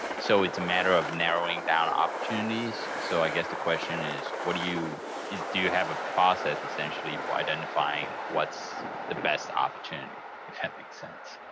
so it's a matter of narrowing down opportunities. so i guess the question is what do you is, do you have a process essentially for identifying what's the best opportunity? if that makes sense.